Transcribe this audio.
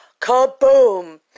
Kaboom